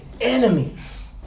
enemies